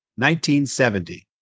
1970